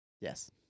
Yes